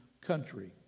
country